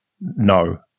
no